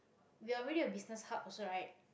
we're already a business hubs right